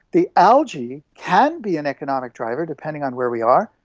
the algae can be an economic driver, depending on where we are.